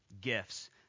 gifts